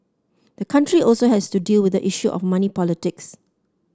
the country also has to deal with the issue of money politics